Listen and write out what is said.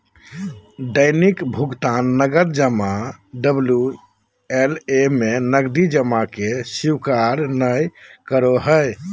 दैनिक भुकतान नकद जमा डबल्यू.एल.ए में नकदी जमा के स्वीकार नय करो हइ